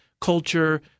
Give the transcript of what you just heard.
culture